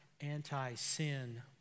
anti-sin